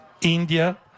India